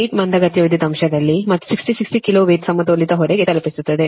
8 ಮಂದಗತಿಯ ವಿದ್ಯುತ್ ಅಂಶದಲ್ಲಿ ಮತ್ತು 66 KV ಸಮತೋಲಿತ ಹೊರೆಗೆ ತಲುಪಿಸುತ್ತದೆ